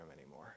anymore